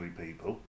people